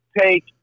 take –